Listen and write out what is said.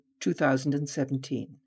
2017